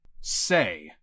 say